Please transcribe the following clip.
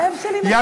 הלב שלי מקשיב לך.